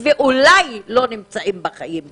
ואולי לא נמצאים בחיים כבר.